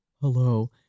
Hello